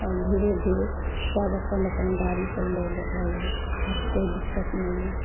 और धीरे धीरे सब अपन अपन गाड़ी सब लए रहल यऽ आब कोइ दिक्कत नहि यऽ